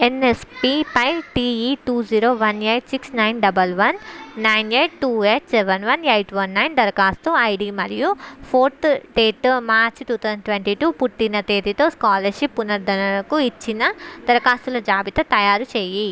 ఎన్ఎస్పిపై T E two zero one eight six nine double one nine eight two eight seven one eight one nine దరఖాస్తు ID మరియు fourth date March two thousand twenty two పుట్టిన తేదీతో scholarship పునరుద్ధరణకు ఇచ్చిన దరఖాస్తుల జాబితా తయారు చేయి